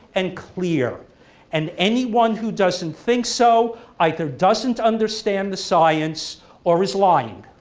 and clear and anyone who doesn't think so either doesn't understand the science or is lying.